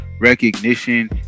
recognition